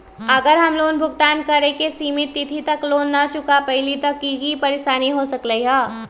अगर हम लोन भुगतान करे के सिमित तिथि तक लोन न चुका पईली त की की परेशानी हो सकलई ह?